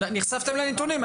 נחשפתם לנתונים.